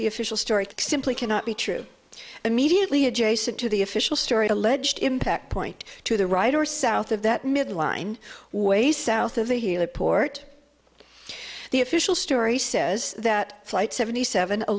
the official story simply cannot be true immediately adjacent to the official story alleged impact point to the right or south of that midline way south of the healer port the official story says that flight seventy seven a